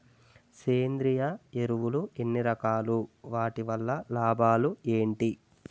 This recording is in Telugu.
సేంద్రీయ ఎరువులు ఎన్ని రకాలు? వాటి వల్ల లాభాలు ఏంటి?